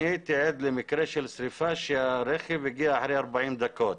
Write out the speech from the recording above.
אני הייתי עד למקרה של שריפה שהרכב הגיע אחרי 40 דקות.